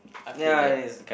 ya it's the kind